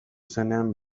zenean